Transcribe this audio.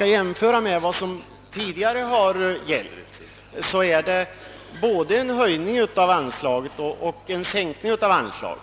I jämförelse med vad som tidigare har gällt innebär det både en höjning och en sänkning av anslaget.